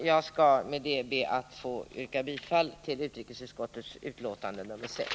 Jag ber med detta att få yrka bifall till utrikesutskottets hemställan i betänkande nr 6.